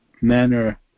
manner